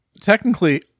technically